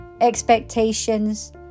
expectations